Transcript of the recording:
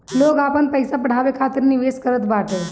लोग आपन पईसा बढ़ावे खातिर निवेश करत बाटे